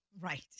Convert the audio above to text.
Right